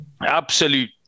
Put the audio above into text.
absolute